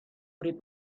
read